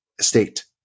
state